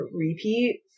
repeat